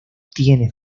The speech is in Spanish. tiene